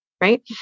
Right